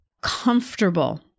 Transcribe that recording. comfortable